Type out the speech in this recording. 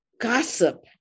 gossip